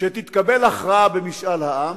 שתתקבל הכרעה במשאל העם,